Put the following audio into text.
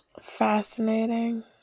fascinating